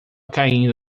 caindo